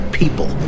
people